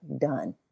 done